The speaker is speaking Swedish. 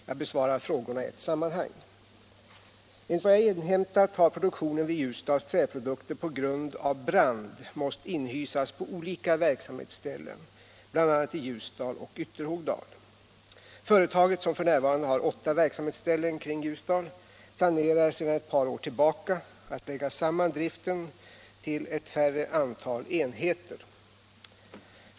Jag besvarar frågorna i ett sammanhang. Enligt vad jag inhämtat har produktionen vid Ljusdals Träprodukter på grund av brand måst inhysas på olika verksamhetsställen, bl.a. i Ljusdal och Ytterhogdal. Företaget, som f. n. har åtta verksamhetsställen kring Ljusdal, planerar sedan ett par år tillbaka att lägga samman driften till ett färre antal enheter.